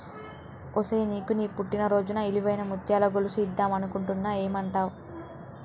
ఒసేయ్ నీకు నీ పుట్టిన రోజున ఇలువైన ముత్యాల గొలుసు ఇద్దం అనుకుంటున్న ఏమంటావ్